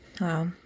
Wow